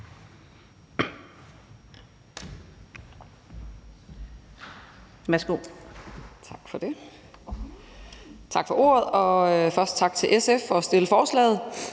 Tak for ordet, og tak til SF for at fremsætte forslaget.